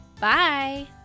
Bye